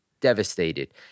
devastated